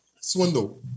Swindle